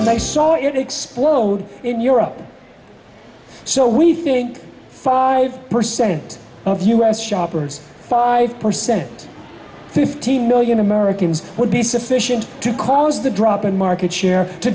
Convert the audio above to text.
they saw it explode in europe so we think five percent of u s shoppers five percent fifteen million americans would be sufficient to cause the drop in market share to